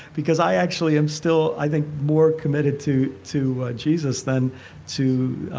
because i actually am still, i think, more committed to to jesus than to,